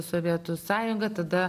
sovietų sąjunga tada